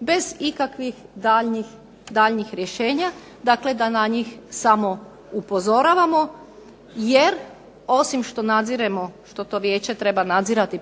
bez ikakvih daljnjih rješenja. Dakle, da na njih samo upozoravamo. Jer osim što nadziremo, što to Vijeće treba nadzirati